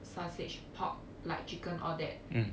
sausage pork like chicken all that